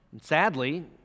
Sadly